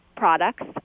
products